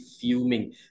fuming